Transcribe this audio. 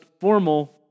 formal